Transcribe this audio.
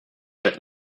but